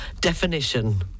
definition